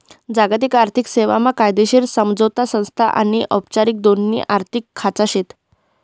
जागतिक आर्थिक सेवा मा कायदेशीर समझोता संस्था आनी औपचारिक दोन्ही आर्थिक खाचा शेत